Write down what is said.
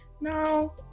No